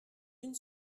une